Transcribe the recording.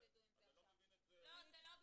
זה לא בדיוק,